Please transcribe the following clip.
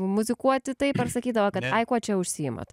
muzikuoti taip ar sakydavo kad ai kuo čia užsiimat